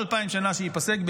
ייחלנו אלפיים שנה שייפסק,